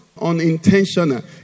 unintentional